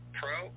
pro